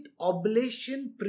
oblation